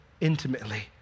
intimately